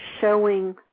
showing